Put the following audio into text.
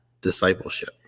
discipleship